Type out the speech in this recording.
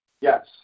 Yes